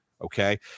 okay